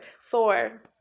Thor